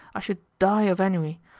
i should die of ennui.